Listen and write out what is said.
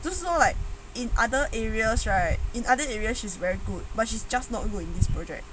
this you know like in other areas right in other areas is very good but she's just not good in this project